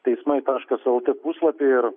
teismai taškas lt puslapy ir